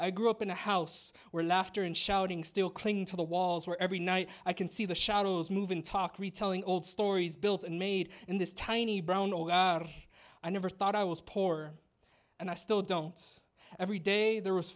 i grew up in a house where laughter and shouting still clinging to the walls where every night i can see the shadows moving talk retelling old stories built and made in this tiny brown i never thought i was poor and i still don't every day there was